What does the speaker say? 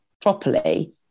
properly